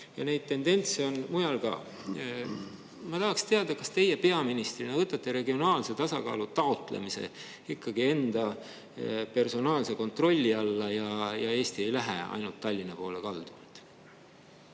Ja neid tendentse on mujal ka. Ma tahaksin teada, kas teie peaministrina võtate regionaalse tasakaalu taotlemise ikkagi enda personaalse kontrolli alla ja Eesti ei lähe ainult Tallinna poole kaldu?